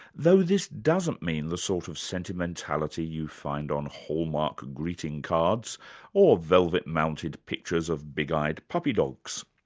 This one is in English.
though this doesn't mean the sort of sentimentality you find on hallmark greetings cards or velvet-mounted pictures of big-eyed puppy dogs.